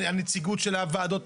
הנציגות של הוועדות,